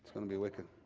gonna be wicked.